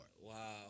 Wow